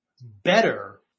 better